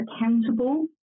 accountable